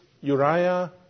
Uriah